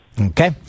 Okay